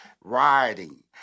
rioting